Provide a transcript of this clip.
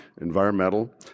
environmental